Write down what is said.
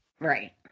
Right